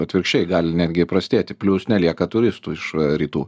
atvirkščiai gali netgi prastėti plius nelieka turistų iš rytų